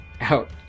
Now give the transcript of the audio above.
out